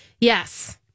Yes